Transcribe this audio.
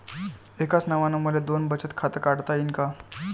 एकाच नावानं मले दोन बचत खातं काढता येईन का?